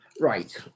Right